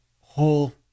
whole